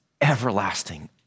everlasting